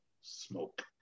smoke